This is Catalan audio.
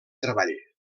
treball